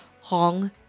Hong